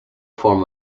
form